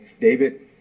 David